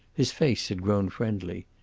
his face had grown friendly.